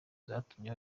yatumye